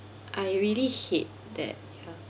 I really hate that ya